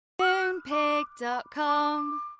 Moonpig.com